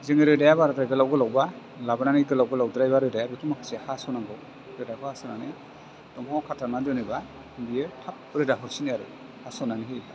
जोङो रोदाया बाराद्राय गोलाव गोलाव बा लाबोनानै गोलाव गोलावद्रायबा रोदाया बेखौ माखासे हास'नांगौ रोदाखौ हास'नानै दंफांआव खाथाबनानै दोनोबा बियो थाब रोदा हरसिनो आरो